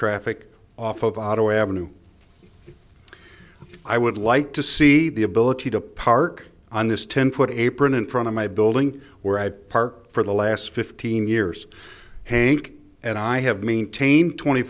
traffic off of otto ave i would like to see the ability to park on this ten foot apron in front of my building where i had parked for the last fifteen years hank and i have maintained twenty